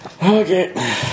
Okay